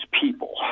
people